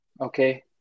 okay